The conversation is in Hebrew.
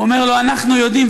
הוא אומר לו: אנחנו יודעים,